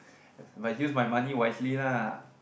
but use my money wisely lah